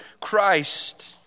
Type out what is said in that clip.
Christ